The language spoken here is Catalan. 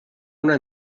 una